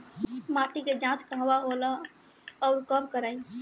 माटी क जांच कहाँ होला अउर कब कराई?